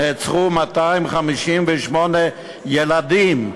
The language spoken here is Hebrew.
נעצרו 258 ילדים.